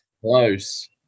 Close